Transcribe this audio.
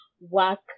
Work